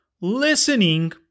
listening